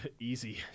Easy